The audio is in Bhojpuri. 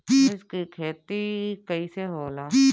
मिर्च के खेती कईसे होला?